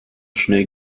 schnell